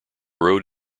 road